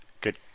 Good